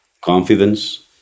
confidence